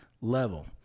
level